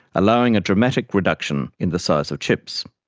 allowing a dramatic reduction in the size of chips.